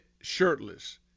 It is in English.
shirtless